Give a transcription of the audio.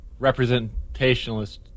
representationalist